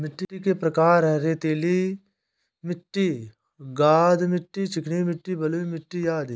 मिट्टी के प्रकार हैं, रेतीली मिट्टी, गाद मिट्टी, चिकनी मिट्टी, बलुई मिट्टी अदि